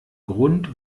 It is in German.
grund